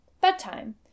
bedtime